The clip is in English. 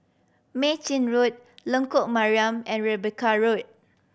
Mei Chin Road Lengkok Mariam and Rebecca Road